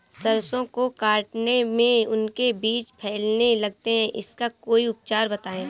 सरसो को काटने में उनके बीज फैलने लगते हैं इसका कोई उपचार बताएं?